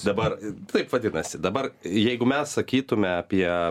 dabar taip vadinasi dabar jeigu mes sakytume apie